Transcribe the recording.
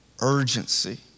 urgency